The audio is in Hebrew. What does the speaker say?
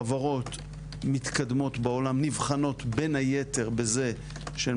חברות מתקדמות בעולם נבחנות בין היתר בזה שהן